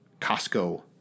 Costco